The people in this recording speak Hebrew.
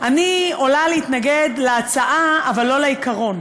אני עולה להתנגד להצעה אבל לא לעיקרון.